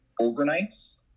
overnights